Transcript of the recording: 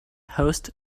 host